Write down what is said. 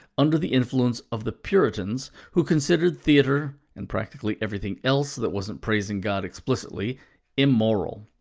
under the influence of the puritans who considered theatre and practically everything else that wasn't praising god explicitly immoral.